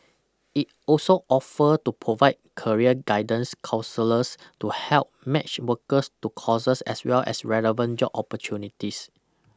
it also offered to provide career guidance counsellors to help match workers to courses as well as relevant job opportunities